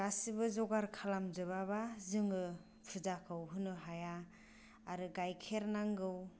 गासिबो जगार खालाम जोबाब्ला जोङो फुजाखौ होनो हाया आरो गाइखेर नांगौ